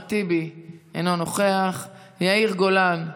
אחמד טיבי, אינו נוכח, יאיר גולן,